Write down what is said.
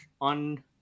on